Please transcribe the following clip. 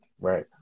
Right